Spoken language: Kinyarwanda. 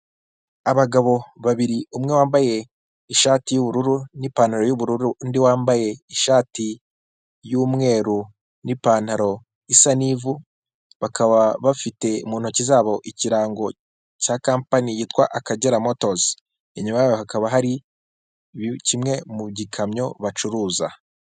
Abagabo babiri umwe wambaye ishati y'ubururu n'ipantaro y'ubururu undi wambaye ishati y'umweru n'ipantaro isa n'ivu bakaba bafite mu ntoki zabo ikirango cya kampani yitwa AKAGERA MOTORS, inyuma yabo hakaba hari kimwe mu gikamyo bacuruza.